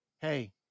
hey